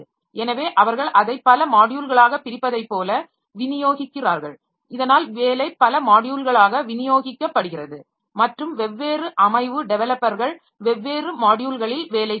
எனவே அவர்கள் அதை பல மாட்யுல்களாகப் பிரிப்பதைப் போல விநியோகிக்கிறார்கள் இதனால் வேலை பல மாட்யுல்களாக விநியோகிக்கப்படுகிறது மற்றும் வெவ்வேறு அமைவு டெவலப்பர்கள் வெவ்வேறு மாட்யுல்களில் வேலை செய்யலாம்